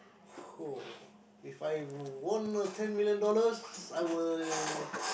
!woah! if I won ten million dollars I will